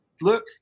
look